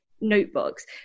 notebooks